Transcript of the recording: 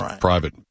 private